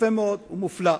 יפה מאוד ומופלא.